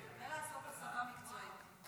--- החדר קטן.